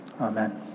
Amen